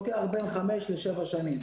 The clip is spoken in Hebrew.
לוקח בין חמש לשבע שנים.